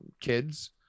kids